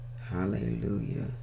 hallelujah